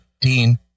Dean